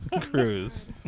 cruise